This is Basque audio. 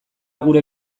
gure